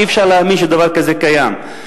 אי-אפשר להאמין שדבר כזה קיים.